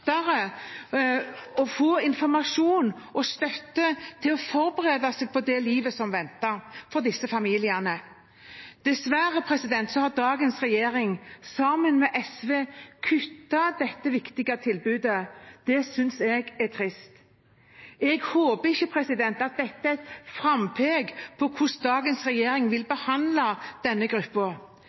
å få informasjon og støtte til å forberede seg på det livet som venter for disse familiene. Dessverre har dagens regjering, sammen med SV, kuttet dette viktige tilbudet. Det synes jeg er trist. Jeg håper ikke at dette er et frampek om hvordan dagens regjering vil behandle denne